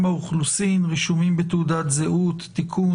האוכלוסין (רישומים בתעודת זהות) (תיקון),